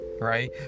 Right